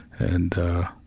and ah,